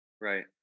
Right